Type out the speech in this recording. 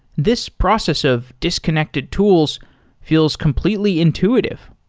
this process of disconnected tools feels completely intuitive.